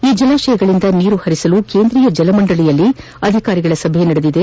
ಈ ಜಲಾಶಯಗಳಿಂದ ನೀರು ಹರಿಸಲು ಕೇಂದ್ರೀಯ ಜಲ ಮಂಡಳಿಯಲ್ಲಿ ಅಧಿಕಾರಿಗಳ ಸಭೆ ನಡೆದಿದೆ